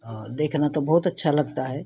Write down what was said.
और देखना तो बहुत अच्छा लगता है